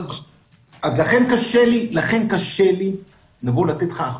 לכן קשה לי לתת לך הרשאה.